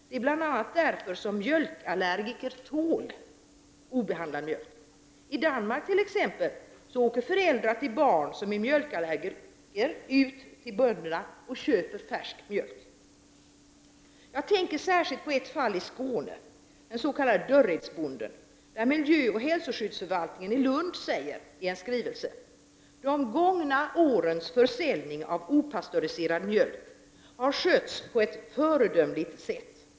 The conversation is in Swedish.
Det är bl.a. därför som mjölkallergiker tål obehandlad mjölk. I Danmark t.ex. åker föräldrar till barn som är mjölkallergiker ut till bönderna och köper färsk mjölk. Jag tänker särskilt på ett fall i Skåne, den s.k. Dörrödsbonden. Miljöoch hälsoskyddsförvaltningen i Lund säger i en skrivelse: De gångna årens försäljning av opastöriserad mjölk har skötts på ett föredömligt sätt.